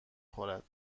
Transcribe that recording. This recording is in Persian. خورد